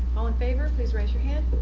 all in favor please raise your hand.